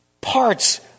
parts